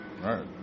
Right